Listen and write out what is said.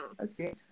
Okay